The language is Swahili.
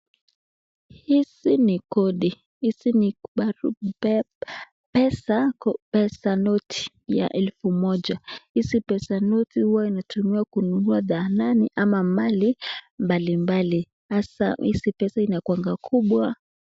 Hizi ni noti hizi ni pesa pesa noti elfu moja hizi pesa noti huwa inatumika kununua dahalani ama mali mbalimbali hasa hizi pesa inakuangaa kubwa.